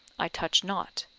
i touch not,